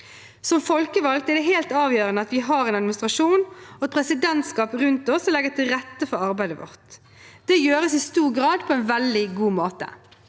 Som folkevalgte er det helt avgjørende at vi har en administrasjon og et presidentskap rundt oss som legger til rette for arbeidet vårt. Det gjøres i stor grad på en veldig god måte.